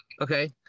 Okay